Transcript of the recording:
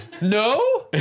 No